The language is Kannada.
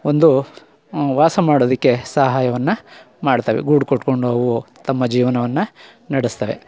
ಒಂದು ವಾಸ ಮಾಡೋದಕ್ಕೆ ಸಹಾಯವನ್ನು ಮಾಡ್ತವೆ ಗೂಡು ಕಟ್ಕೊಂಡವು ತಮ್ಮ ಜೀವನವನ್ನು ನಡೆಸ್ತವೆ